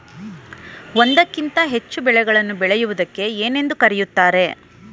ಒಂದಕ್ಕಿಂತ ಹೆಚ್ಚು ಬೆಳೆಗಳನ್ನು ಬೆಳೆಯುವುದಕ್ಕೆ ಏನೆಂದು ಕರೆಯುತ್ತಾರೆ?